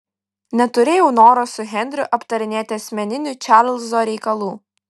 neturėjau noro su henriu aptarinėti asmeninių čarlzo reikalų